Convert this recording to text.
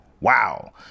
Wow